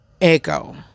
Echo